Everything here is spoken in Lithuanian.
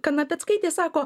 kanapeckaitė sako